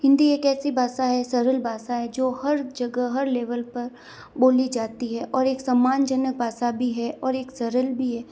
हिन्दी एक ऐसी भाषा है सरल भाषा है जो हर जगह हर लेवल पर बोली जाती है और एक सम्मानजनक भाषा भी है और एक सरल भी है